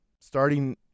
Starting